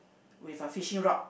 with a fishing rod